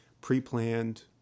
pre-planned